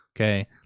Okay